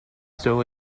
still